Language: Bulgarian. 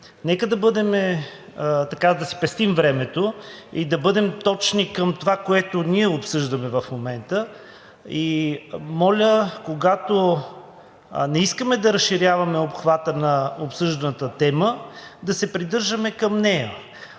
нека да спестим времето и да бъдем точни към това, което обсъждаме в момента. И моля, когато не искаме да разширяваме обхвата на обсъжданата тема, да се придържаме към нея.